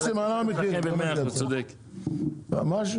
הוא צודק,